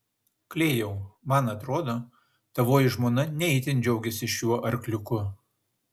klėjau man atrodo tavoji žmona ne itin džiaugiasi šiuo arkliuku